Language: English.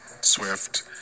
Swift